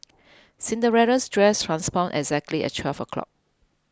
Cinderella's dress transformed exactly at twelve o'clock